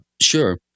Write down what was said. Sure